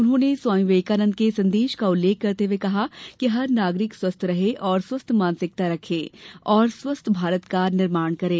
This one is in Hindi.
उन्होंने स्वामी विवेकानन्द के सन्देश का उल्लेख करते हुए कहा कि हर नागरिक स्वस्थ रहें स्वस्थ मानसिकता रखें और स्वस्थ भारत का निर्माण करें